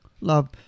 Love